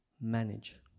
manage